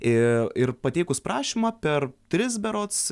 ir ir pateikus prašymą per tris berods